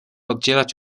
oddzielać